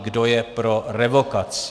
Kdo je pro revokaci?